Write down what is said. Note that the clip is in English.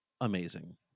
Amazing